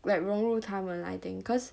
like 融入他们 I think cause